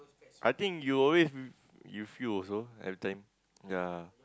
I think you always refuse also every time ya